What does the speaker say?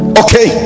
okay